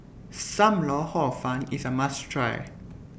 SAM Lau Hor Fun IS A must Try